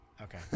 Okay